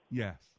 yes